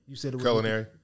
Culinary